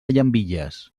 llambilles